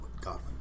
Godwin